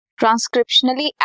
Transcriptionally